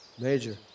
Major